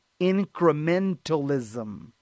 incrementalism